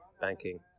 banking